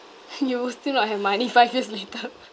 you will still not have money five years later